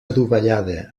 adovellada